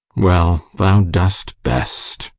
well, thou dost best.